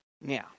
Now